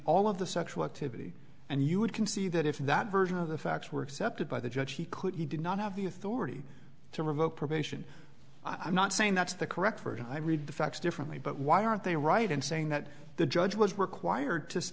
all of the sexual activity and you would concede that if that version of the facts were accepted by the judge he could he did not have the authority to revoke probation i'm not saying that's the correct word i read the facts differently but why aren't they right in saying that the judge was required to